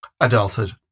Adulthood